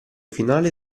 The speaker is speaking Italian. finale